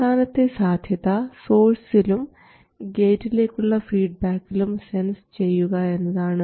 അവസാനത്തെ സാധ്യത സോഴ്സിലും ഗേറ്റിലേക്കുള്ള ഫീഡ്ബാക്കിലും സെൻസ് ചെയ്യുക എന്നതാണ്